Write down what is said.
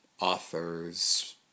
authors